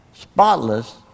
spotless